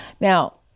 Now